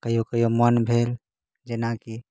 कहियो कहियो मोन भेल जेना कि